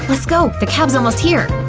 let's go, the cab's almost here!